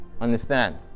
understand